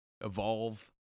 evolve